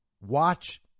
watch